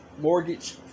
Mortgage